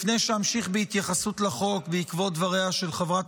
לפני שאמשיך בהתייחסות לחוק, בעקבות דבריה של חברת